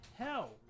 hell